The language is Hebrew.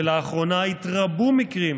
ולאחרונה התרבו מקרים